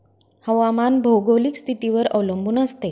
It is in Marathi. हवामान भौगोलिक स्थितीवर अवलंबून असते